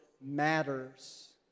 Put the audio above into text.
matters